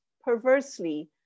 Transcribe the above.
perversely